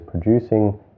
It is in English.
producing